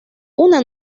una